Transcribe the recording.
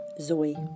Zoe